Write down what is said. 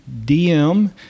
DM